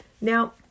Now